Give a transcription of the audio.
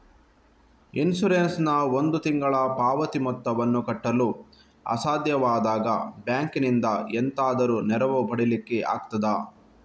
Insurance ನ ಒಂದು ತಿಂಗಳ ಪಾವತಿ ಮೊತ್ತವನ್ನು ಕಟ್ಟಲು ಅಸಾಧ್ಯವಾದಾಗ ಬ್ಯಾಂಕಿನಿಂದ ಎಂತಾದರೂ ನೆರವು ಪಡಿಲಿಕ್ಕೆ ಆಗ್ತದಾ?